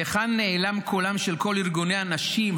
להיכן נעלם קולם של כל ארגוני הנשים,